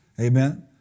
Amen